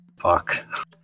Fuck